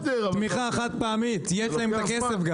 תמיכה חד פעמית, יש להם את הכסף.